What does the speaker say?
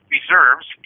reserves